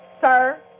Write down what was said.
Sir